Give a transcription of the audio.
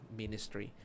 ministry